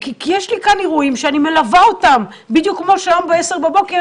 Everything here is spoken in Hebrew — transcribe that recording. יש לי כאן אירועים שאני מלווה אותם בדיוק כמו שהיום ב-10:00